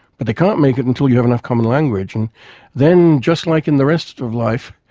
but they can't make it until you have enough common language. and then, just like in the rest of life,